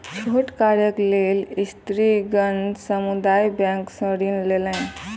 छोट कार्यक लेल स्त्रीगण समुदाय बैंक सॅ ऋण लेलैन